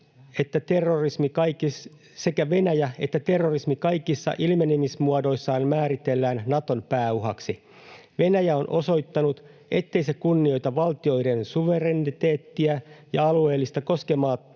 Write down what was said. että terrorismi kaikissa ilmenemismuodoissaan määritellään Naton pääuhaksi. Venäjä on osoittanut, ettei se kunnioita valtioiden suvereniteettiä ja alueellista